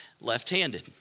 left-handed